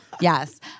Yes